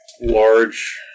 large